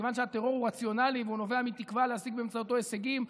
כיוון שהטרור הוא רציונלי והוא נובע מתקווה להשיג באמצעותו הישגים,